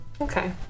Okay